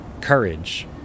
courage